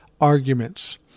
arguments